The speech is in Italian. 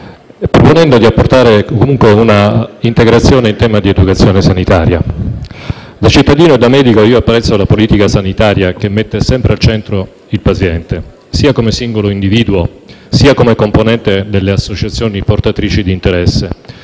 proponendo di apportare comunque un'integrazione in tema di educazione sanitaria. Da cittadino e da medico apprezzo la politica sanitaria che mette sempre al centro il paziente, sia come singolo individuo sia come componente delle associazioni portatrici di interesse,